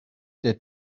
der